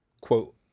quote